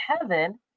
heaven